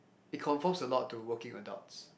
it conforms a lot to working adults